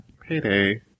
Payday